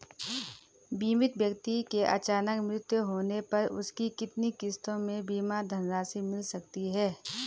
बीमित व्यक्ति के अचानक मृत्यु होने पर उसकी कितनी किश्तों में बीमा धनराशि मिल सकती है?